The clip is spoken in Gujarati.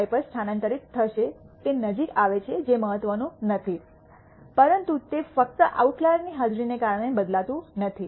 5 પર સ્થાનાંતરિત થશે તે નજીક આવે છે જે મહત્વનું નથી પરંતુ તે ફક્ત આઉટલાયર ની હાજરીને કારણે બદલાતું નથી